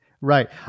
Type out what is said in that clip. Right